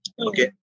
okay